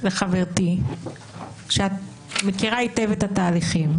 וחברתי כאן שמכירה היטב את התהליכים,